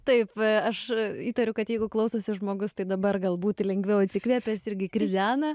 taip aš įtariu kad jeigu klausosi žmogus tai dabar galbūt lengviau atsikvėpęs irgi krizena